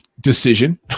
Decision